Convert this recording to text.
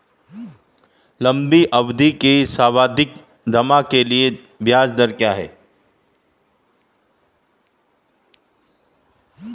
लंबी अवधि के सावधि जमा के लिए ब्याज दर क्या है?